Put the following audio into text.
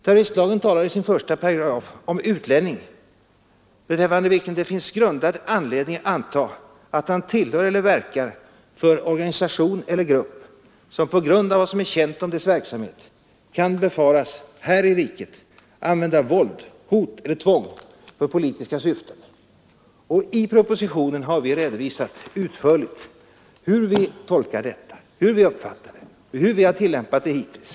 Terroristlagen talar i 1 § om utlänning beträffande vilken det finns ”grundad anledning antaga, att han tillhör eller verkar för organisation eller grupp som på grund av vad som är känt om dess verksamhet kan befaras här i riket använda våld, hot eller tvång för politiska syften”. I propositionen har vi utförligt redovisat hur vi tolkar detta, hur vi uppfattar det och hur vi har tillämpat det hittills.